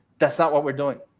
that's not what we're doing.